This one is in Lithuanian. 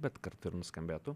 bet kartu ir nuskambėtų